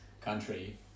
country